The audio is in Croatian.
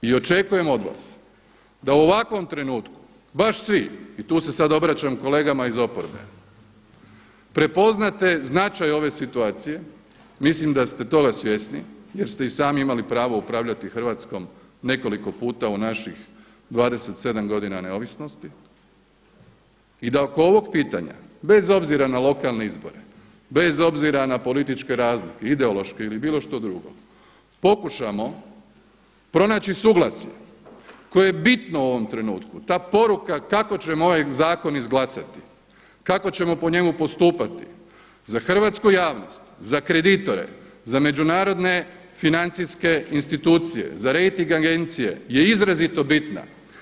I očekujem od vas da u ovakvom trenutku baš svi, i tu se sada obraćam kolegama iz oporbe, prepoznate značaj ove situacije, mislim da ste toga svjesni jer ste i sami imali pravo upravljati Hrvatskom nekoliko puta u naših 27 godina neovisnosti i da oko ovog pitanja, bez obzira na lokalne izbore, bez obzira na političke razlike, ideološke ili bilo što drugo pokušamo pronaći suglasje koje je bitno u ovom trenutku, ta poruka kako ćemo ovaj zakon izglasati, kako ćemo po njemu postupati, za hrvatsku javnost, za kreditore, za međunarodne financijske institucije, za rejting agencije je izrazito bitna.